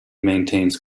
maintains